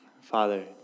Father